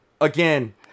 again